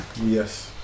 Yes